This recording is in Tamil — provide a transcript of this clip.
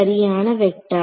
சரியான வெக்டர்